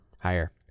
higher